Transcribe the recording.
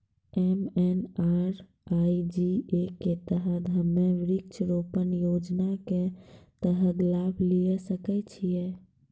MNREGA के तहत हम्मय वृक्ष रोपण योजना के तहत लाभ लिये सकय छियै?